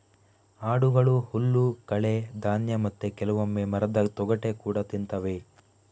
ಆಡುಗಳು ಹುಲ್ಲು, ಕಳೆ, ಧಾನ್ಯ ಮತ್ತೆ ಕೆಲವೊಮ್ಮೆ ಮರದ ತೊಗಟೆ ಕೂಡಾ ತಿಂತವೆ